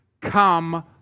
come